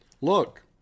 Look